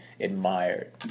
admired